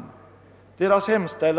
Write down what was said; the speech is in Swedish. Motionärerna har hemställt